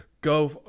go